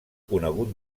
conegut